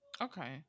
Okay